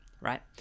right